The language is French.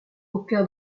aucun